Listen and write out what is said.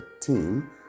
team